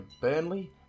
Burnley